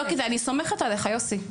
אני סומכת עליך יוסי,